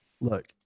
look